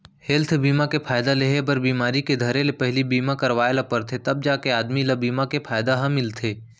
health बीमा के फायदा लेहे बर बिमारी के धरे ले पहिली बीमा करवाय ल परथे तव जाके आदमी ल बीमा के फायदा ह मिलथे